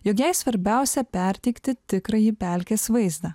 jog jai svarbiausia perteikti tikrąjį pelkės vaizdą